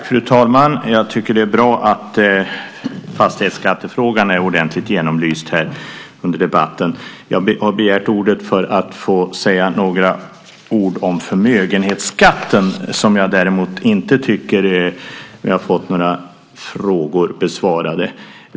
Fru talman! Det är bra att frågan om fastighetsskatten är ordentligt genomlyst. Jag har begärt ordet för att få säga något om förmögenhetsskatten där jag inte tycker att vi har fått alla frågor besvarade.